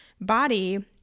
body